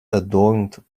adorned